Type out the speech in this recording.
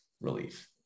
relief